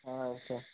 స